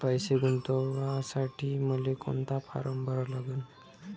पैसे गुंतवासाठी मले कोंता फारम भरा लागन?